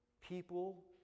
People